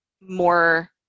more